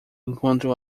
enquanto